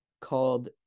called